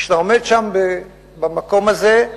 כשאתה עומד שם במקום הזה,